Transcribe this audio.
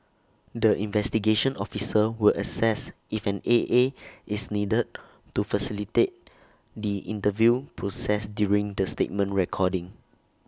the investigation officer will assess if an A A is needed to facilitate the interview process during the statement recording